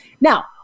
Now